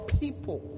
people